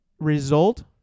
result